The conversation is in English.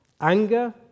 anger